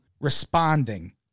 responding